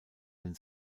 den